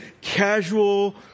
casual